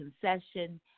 concession